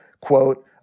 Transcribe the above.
quote